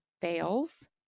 fails